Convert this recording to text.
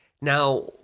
Now